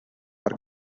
per